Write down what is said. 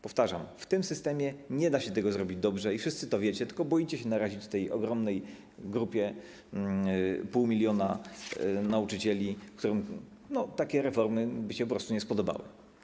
Powtarzam: w tym systemie nie da się tego zrobić dobrze i wszyscy to wiecie, tylko boicie się narazić tej ogromnej grupie pół miliona nauczycieli, którym takie reformy by się po prostu nie spodobały.